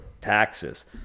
taxes